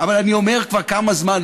אבל אני אומר כבר כמה זמן,